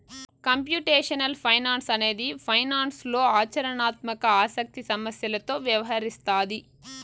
computational finance అనేది ఫైనాన్స్లో ఆచరణాత్మక ఆసక్తి సమస్యలతో వ్యవహరిస్తాది